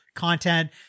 content